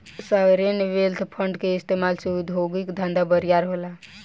sovereign wealth fund के इस्तमाल से उद्योगिक धंधा बरियार होला